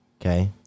Okay